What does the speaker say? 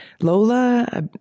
Lola